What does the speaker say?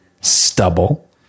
stubble